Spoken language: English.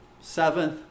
Seventh